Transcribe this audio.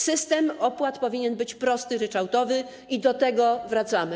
System opłat powinien być prosty, ryczałtowy i do tego wracamy.